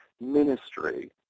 ministry